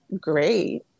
great